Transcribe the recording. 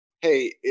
hey